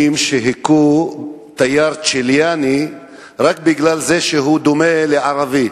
שהכו תייר צ'יליאני רק בגלל זה שהוא דומה לערבי,